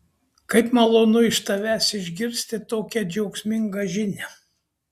kaip malonu iš tavęs išgirsti tokią džiaugsmingą žinią